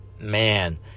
man